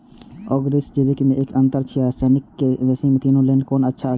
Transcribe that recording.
Organic आर जैविक में कि अंतर अछि व रसायनिक में तीनो क लेल कोन अच्छा अछि?